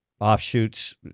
offshoots